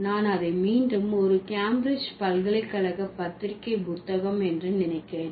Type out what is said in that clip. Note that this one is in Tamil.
நான் அதை மீண்டும் ஒரு கேம்பிரிட்ஜ் பல்கலைக்கழக பத்திரிகை புத்தகம் என்று நினைக்கிறேன்